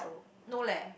no leh